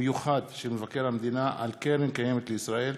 מיוחד של מבקר המדינה על קרן קיימת לישראל,